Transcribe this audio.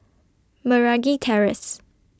Meragi Terrace